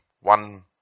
one